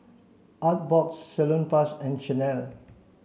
Artbox Salonpas and Chanel